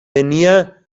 venia